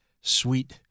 sweet